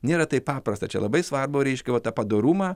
nėra taip paprasta čia labai svarbu reiškia va tą padorumą